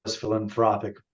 philanthropic